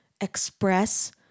express